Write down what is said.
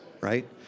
right